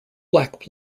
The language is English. black